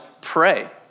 pray